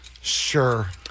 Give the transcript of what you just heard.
Sure